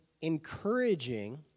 encouraging